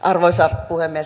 arvoisa puhemies